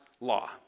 law